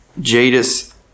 Jadis